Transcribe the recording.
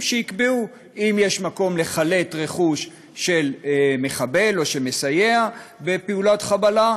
שיקבעו אם יש מקום לחלט רכוש של מחבל או של מסייע בפעולת חבלה,